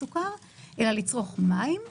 "בנוסף לכך סך הסוכר המוסף אינו כולל מיצי פירות טבעיים,